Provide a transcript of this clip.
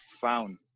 found